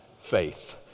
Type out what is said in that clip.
faith